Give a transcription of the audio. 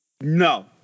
No